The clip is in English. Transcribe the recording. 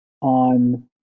on